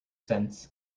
sense